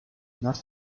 not